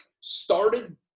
started